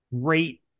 great